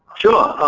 sure.